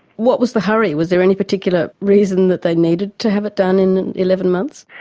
what was the hurry? was there any particular reason that they needed to have it done in eleven months?